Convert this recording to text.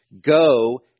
Go